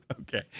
okay